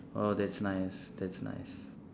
oh that's nice that's nice